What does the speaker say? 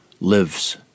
lives